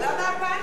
אבל למה הפניקה?